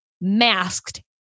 masked